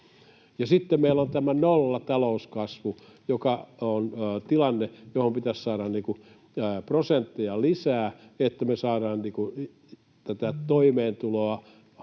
Sitten meillä on tämä nollatalouskasvu, joka on tilanne, johon pitäisi saada prosentteja lisää, niin että me saadaan toimeentuloa haettua